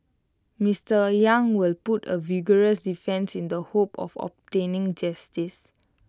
Mister yang will put A vigorous defence in the hope of obtaining justice